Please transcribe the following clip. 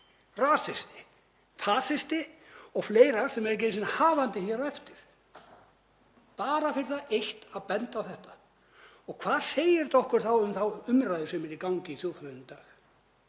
rasisti, fasisti og fleira sem er ekki einu sinni hafandi eftir, bara fyrir það eitt að benda á þetta. Og hvað segir það okkur þá um þá umræðu sem er í gangi í þjóðfélaginu í dag?